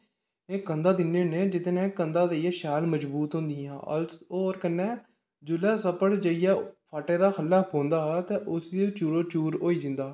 कंधां दिन्नें होन्ने जेह्दे नै कंधां देइयै शैल मज़बूत होंदियां होर कन्नै जिल्लै सप्पड़ जाइयै फाटे परा दा खल्ल पौंदा ते उसी चूकरो चूर होई जंदा